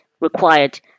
required